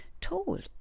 told